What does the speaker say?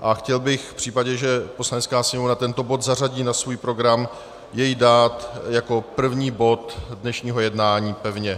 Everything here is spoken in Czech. A chtěl bych v případě, že Poslanecká sněmovna tento bod zařadí na svůj program, jej dát jako první bod dnešního jednání pevně.